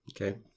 okay